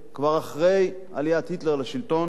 כבר אחרי עליית היטלר לשלטון,